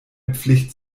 pflicht